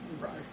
right